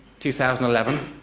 2011